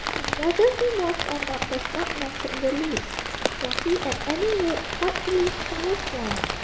and whether he was or not does not matter in the least for he at any rate quite believed he was one.